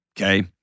Okay